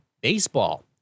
baseball